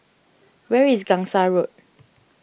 where is Gangsa Road